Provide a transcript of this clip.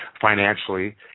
financially